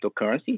cryptocurrency